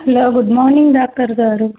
hello good morning doctor గారు